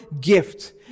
gift